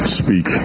speak